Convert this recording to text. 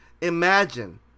imagine